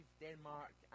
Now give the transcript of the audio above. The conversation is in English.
Denmark